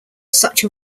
such